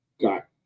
got